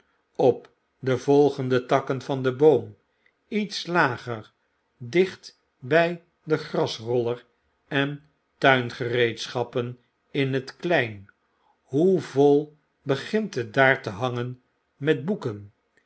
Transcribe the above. op de volgende takken van den boom iets lager dicht brj den grasroller en tuingereedschappen in het klein hoe vol begint het daar te hangen met boeken